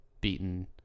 beaten